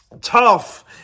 tough